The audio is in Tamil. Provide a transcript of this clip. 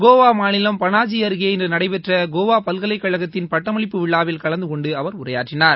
கோவா மாநிலம் பனாஜி அருகே இன்று நடைபெற்ற கோவா பல்கலைக்கழக்தின் பட்டமளிப்பு விழாவில் கலந்து கொண்ட அவர் உரையாற்றினார்